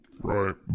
Right